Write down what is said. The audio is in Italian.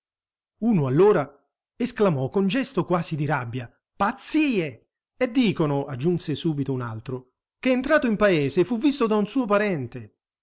uno allora esclamò con gesto quasi di rabbia pazzie e dicono aggiunse subito un altro che entrato in paese fu visto da un suo parente